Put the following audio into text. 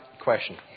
question